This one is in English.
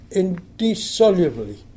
indissolubly